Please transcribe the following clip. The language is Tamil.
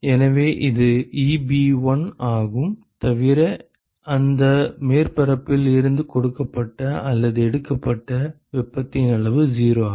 எனவே இது Eb1 ஆகும் தவிர அந்த மேற்பரப்பில் இருந்து கொடுக்கப்பட்ட அல்லது எடுக்கப்பட்ட வெப்பத்தின் அளவு 0 ஆகும்